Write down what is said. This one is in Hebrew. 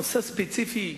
נושא ספציפי.